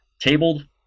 tabled